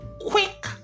quick